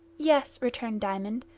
yes, returned diamond.